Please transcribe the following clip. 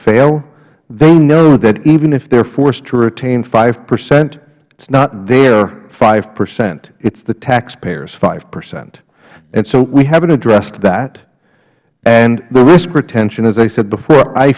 fail they know that even if they are forced to retain five percent it is not their five percent it is the taxpayers five percent so we haven't addressed that and the risk retention as i said before i